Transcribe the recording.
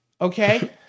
okay